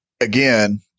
again